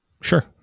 Sure